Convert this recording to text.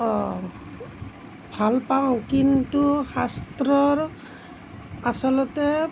অ ভাল পাওঁ কিন্তু শাস্ত্ৰৰ আচলতে